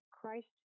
Christ